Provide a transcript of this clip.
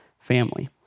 family